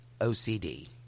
OCD